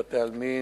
בבתי-עלמין,